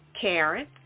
Karen